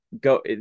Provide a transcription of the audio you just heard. go